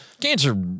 Cancer